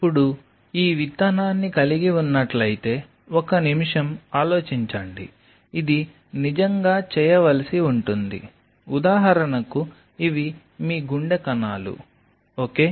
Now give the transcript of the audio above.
ఇప్పుడు ఈ విత్తనాన్ని కలిగి ఉన్నట్లయితే ఒక నిమిషం ఆలోచించండి ఇది నిజంగా చేయవలసి ఉంటుంది ఉదాహరణకు ఇవి మీ గుండె కణాలు ఓకే